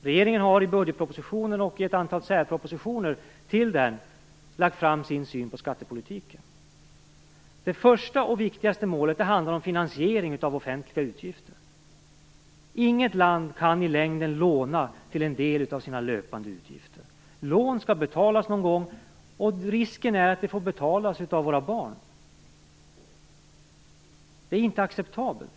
Regeringen har i budgetpropositionen och i ett antal särpropositioner till den lagt fram sin syn på skattepolitiken. Det första och viktigaste målet handlar om finansiering av offentliga utgifter. Inget land kan i längden låna till en del av sina löpande utgifter. Lån skall betalas någon gång, och risken är att det får betalas av våra barn. Det är inte acceptabelt.